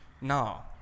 now